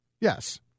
Yes